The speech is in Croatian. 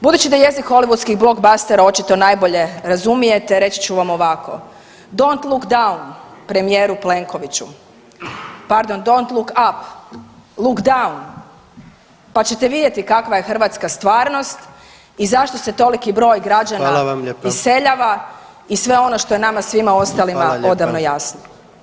Budući da jezik holivudskih blockbustera očito najbolje razumijete reći ću vam ovako, dont look down premijeru Plenkoviću, pardon dont look up, look down pa ćete vidjeti kakva je hrvatska stvarnost i zašto se toliki broj građana [[Upadica predsjednik: Hvala vam lijepa.]] iseljava i sve ono što je nama svima ostalima odavno jasno.